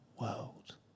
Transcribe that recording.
world